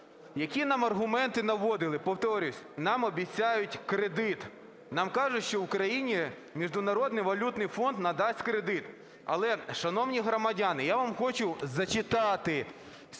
Які нам аргументи наводили? Повторююсь: нам обіцяють кредит, нам кажуть, що Україні Міжнародний валютний фонд надасть кредит. Але, шановні громадяни, я вам хочу зачитати